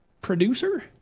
producer